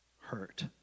hurt